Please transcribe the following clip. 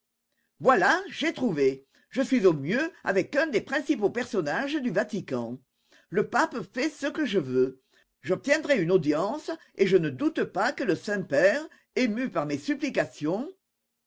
voilà j'ai trouvé je suis au mieux avec un des principaux personnages du vatican le pape fait ce que je veux j'obtiendrai une audience et je ne doute pas que le saint-père ému par mes supplications